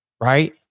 right